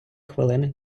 хвилини